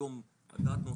היום הדעת נותנת,